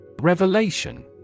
Revelation